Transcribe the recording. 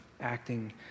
acting